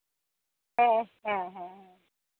ᱦᱮᱸ ᱦᱮᱸ ᱦᱮᱸ